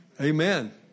Amen